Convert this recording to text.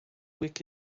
wick